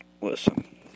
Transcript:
Listen